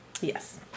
Yes